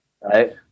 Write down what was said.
Right